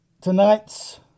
tonight's